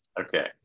Okay